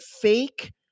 fake